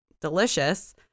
delicious